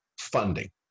funding